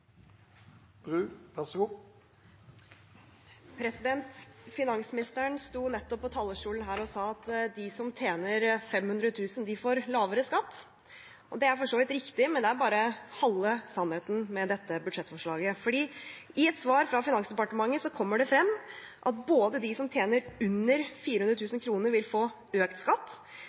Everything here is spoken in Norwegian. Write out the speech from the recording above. tjener 500 000 kr, får lavere skatt. Det er for så vidt riktig, men det er bare halve sannheten i dette budsjettforslaget. I et svar fra Finansdepartementet kommer det frem at både de som tjener under 400 000 kr, vil få økt skatt,